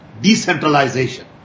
decentralization